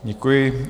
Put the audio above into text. Děkuji.